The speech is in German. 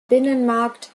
binnenmarkt